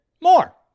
more